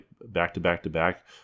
back-to-back-to-back